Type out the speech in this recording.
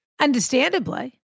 understandably